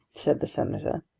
said the senator.